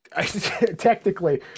technically